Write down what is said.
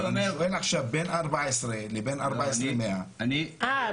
אבל אני שואל עכשיו בין 14,000 לבין 14,100. אה,